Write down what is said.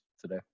today